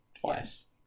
twice